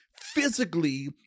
physically